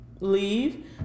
Leave